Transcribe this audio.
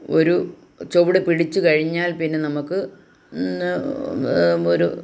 ഒരു ചുവട് പിടിച്ച് കഴിഞ്ഞാൽ പിന്നെ നമുക്ക് ഒരു